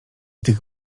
tych